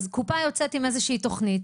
אז קופה יוצאת עם איזושהי תוכנית,